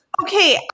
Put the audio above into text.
Okay